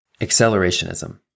Accelerationism